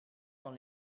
dans